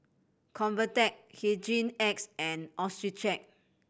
Convatec Hygin X and Accucheck